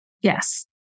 Yes